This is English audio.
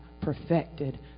perfected